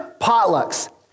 potlucks